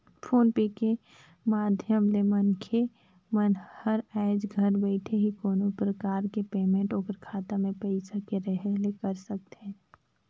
phone पे के माधियम ले मनखे मन हर आयज घर बइठे ही कोनो परकार के पेमेंट ओखर खाता मे पइसा के रहें ले कर सकथे